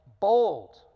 bold